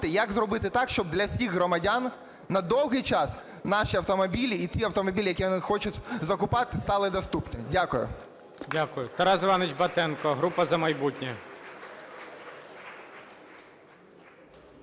як зробити так, щоб для всіх громадян на довгий час наші автомобілі і ті автомобілі, які вони хочуть закупати стали доступні. Дякую. ГОЛОВУЮЧИЙ. Дякую. Тарас Іванович Батенко, група "За майбутнє".